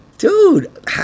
Dude